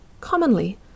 Commonly